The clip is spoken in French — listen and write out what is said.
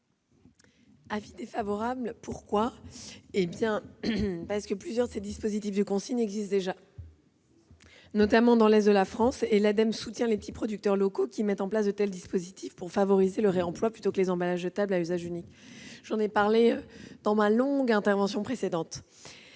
est l'avis du Gouvernement ? Plusieurs de ces dispositifs de consigne existent déjà, notamment dans l'est de la France, et l'Ademe soutient les petits producteurs locaux qui mettent en place de tels dispositifs pour favoriser le réemploi plutôt que les emballages jetables à usage unique- j'en ai parlé dans ma longue intervention précédente.